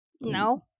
No